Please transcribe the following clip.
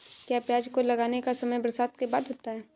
क्या प्याज को लगाने का समय बरसात के बाद होता है?